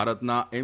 ભારતના એમ